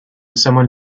someone